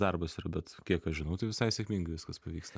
darbas yra bet kiek aš žinau tai visai sėkmingai viskas pavyksta